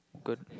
good